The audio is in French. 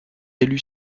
élu